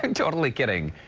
totally kidding.